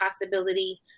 possibility